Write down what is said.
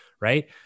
right